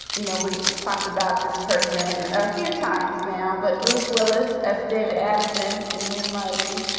you know, we're talked about this person a few times now, but bruce willis as david addison in moonlighting.